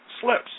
slips